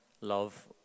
love